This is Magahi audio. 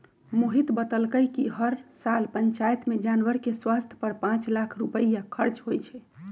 मोहित बतलकई कि हर साल पंचायत में जानवर के स्वास्थ पर पांच लाख रुपईया खर्च होई छई